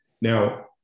Now